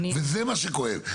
זה מה שכואב.